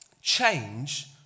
change